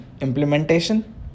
implementation